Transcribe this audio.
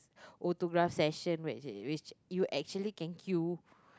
autograph session where actually which you actually can queue